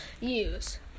use